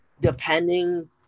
depending